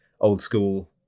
old-school